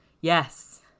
Yes